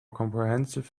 comprehensive